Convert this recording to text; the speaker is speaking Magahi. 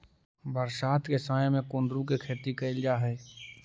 बरसात के समय में कुंदरू के खेती कैल जा हइ